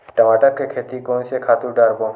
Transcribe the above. टमाटर के खेती कोन से खातु डारबो?